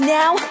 now